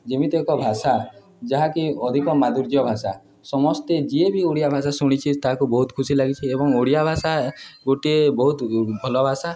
ଯେମିତି ଏକ ଭାଷା ଯାହାକି ଅଧିକ ମାଧୁର୍ଯ୍ୟ ଭାଷା ସମସ୍ତେ ଯିଏ ବି ଓଡ଼ିଆ ଭାଷା ଶୁଣିଛି ତାହାକୁ ବହୁତ ଖୁସି ଲାଗିଛି ଏବଂ ଓଡ଼ିଆ ଭାଷା ଗୋଟିଏ ବହୁତ ଭଲ ଭାଷା